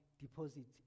deposit